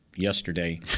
Yesterday